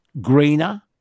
greener